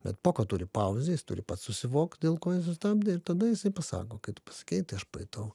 bet poko turi pauzę jis turi pats susivokt dėl ko jį sustabdė ir tada jisai pasako kad pasakei tai aš pajutau